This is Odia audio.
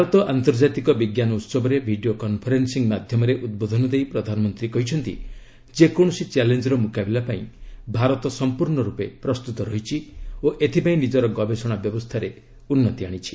ଭାରତ ଆନ୍ତର୍ଜାତିକ ବିଜ୍ଞାନ ଉତ୍ସବରେ ଭିଡ଼ିଓ କନ୍ଫରେନ୍ସିଂ ମାଧ୍ୟମରେ ଉଦ୍ବୋଧନ ଦେଇ ପ୍ରଧାନମନ୍ତ୍ରୀ କହିଛନ୍ତି ଯେକୌଣସି ଚ୍ୟାଲେଞ୍ଜର ମୁକାବିଲା ପାଇଁ ଭାରତ ସମ୍ପୂର୍ଣ୍ଣ ରୂପେ ପ୍ରସ୍ତୁତ ରହିଛି ଓ ଏଥିପାଇଁ ନିଜର ଗବେଷଣା ବ୍ୟବସ୍ଥାରେ ଉନ୍ନତି ଆଣିଛି